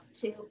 two